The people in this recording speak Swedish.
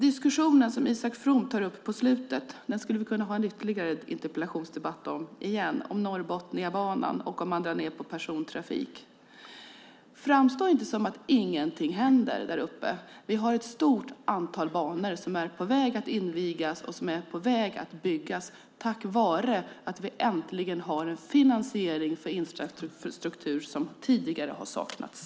Det som Isak From tog upp mot slutet är något som vi kan ha en interpellationsdebatt om igen, nämligen Norrbotniabanan och om man drar ned på persontrafik. Det stämmer inte att ingenting händer däruppe. Vi har ett stort antal banor som är på väg att byggas och att invigas tack vare att vi äntligen har en finansiering för infrastruktur som tidigare har saknats.